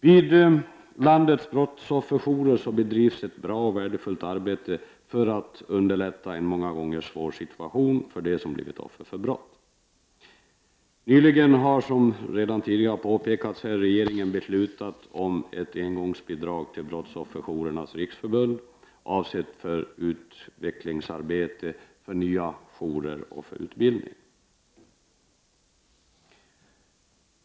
Vid landets brottsofferjourer bedrivs ett bra och värdefullt arbete för att underlätta en många gånger svår situation för dem som blivit offer för brott. Nyligen har, som redan tidigare har påpekats, regeringen beslutat om ett engångsbidrag till Brottsofferjourernas riksförbund, avsett för utvecklingsarbete, nya jourer och utbildning.